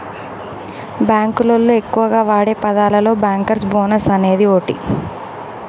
బాంకులోళ్లు ఎక్కువగా వాడే పదాలలో బ్యాంకర్స్ బోనస్ అనేది ఓటి